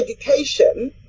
education